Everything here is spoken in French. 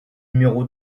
numéro